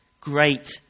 great